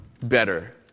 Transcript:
better